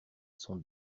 son